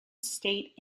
state